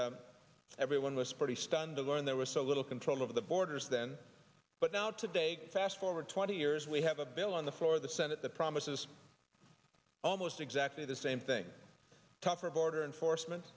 and everyone was pretty stunned to learn there was so little control over the borders then but now today fast forward twenty years we have a bill on the floor of the senate the promises almost exactly the same thing tougher border enforcement